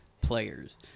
players